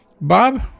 Bob